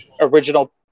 original